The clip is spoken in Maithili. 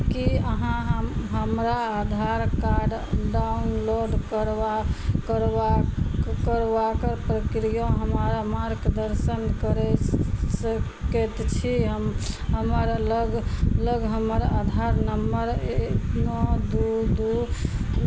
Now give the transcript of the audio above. की अहाँ हम हमरा आधार कार्ड डाउनलोड करबा करबा करबाक प्रक्रिया हमरा हमरा मार्गदर्शन करय सकैत छी हम हमर लग हमर आधार नम्मर एक नओ दू दू